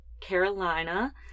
Carolina